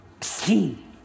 see